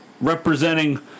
representing